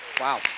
Wow